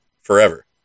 forever